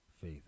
faith